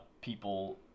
people